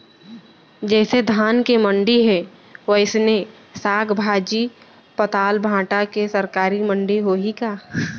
जइसे धान के मंडी हे, वइसने साग, भाजी, पताल, भाटा के सरकारी मंडी होही का?